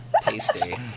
Tasty